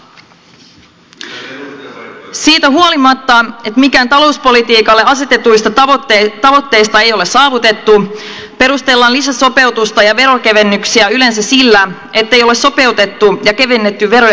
siitä huolimatta että mitään talouspolitiikalle asetetuista tavoitteista ei ole saavutettu perustellaan lisäsopeutusta ja veronkevennyksiä yleensä sillä ettei ole sopeutettu ja kevennetty veroja tarpeeksi